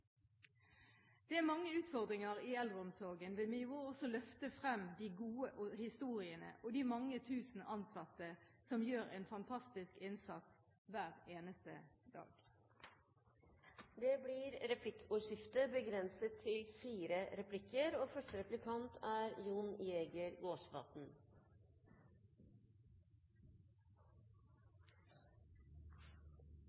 Det er mange utfordringer i eldreomsorgen, men vi må også løfte frem de gode historiene og de mange tusen ansatte som gjør en fantastisk innsats hver eneste dag. Det blir replikkordskifte. I 1997 fikk vi denne kvalitetsforskriften i pleie- og